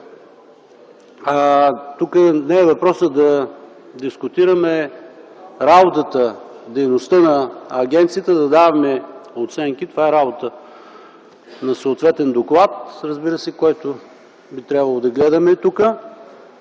Тук въпросът не е да дискутираме работата, дейността на агенцията, да даваме оценки. Това е работа на съответен доклад, разбира се, който би трябвало да гледаме тук.